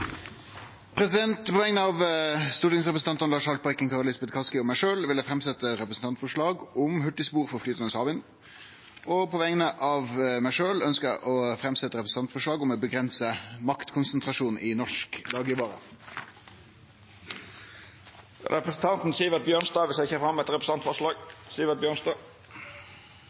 På vegner av stortingsrepresentantane Lars Haltbrekken, Kari Elisabeth Kaski og meg sjølv vil eg framsetje eit representantforslag om hurtigspor for flytande havvind. På vegner av meg sjølv ønskjer eg å framsetje eit representantforslag om å avgrense maktkonsentrasjonen i norsk daglegvare. Representanten Sivert Bjørnstad vil setja fram eit representantforslag.